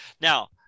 Now